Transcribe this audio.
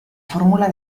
fórmula